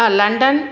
ஆ London